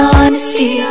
Honesty